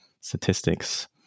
statistics